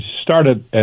started